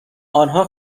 آنها